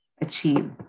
achieve